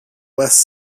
west